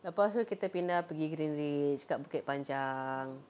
lepas itu kita kena pergi greenridge dekat bukit panjang